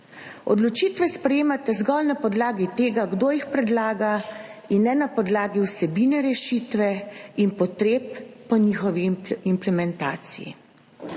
Odločitve sprejemate zgolj na podlagi tega, kdo jih predlaga, in ne na podlagi vsebine rešitve in potreb po njihovi implementaciji.